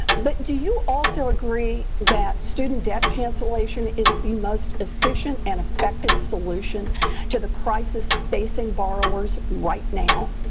but do you also agree that student debt cancellation is the most efficient and effective solution to the crisis facing borrowers right now?